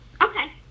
Okay